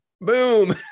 Boom